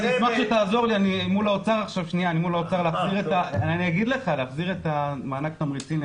אשמח שתעזור לי אל מול האוצר להחזיר את מענק התמריצים.